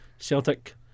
Celtic